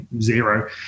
zero